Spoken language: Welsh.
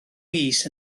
mis